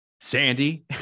Sandy